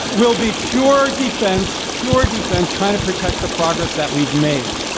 will be pure defense, pure defense trying to protect the progress that we've made.